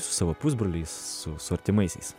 su savo pusbroliais su su artimaisiais